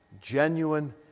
Genuine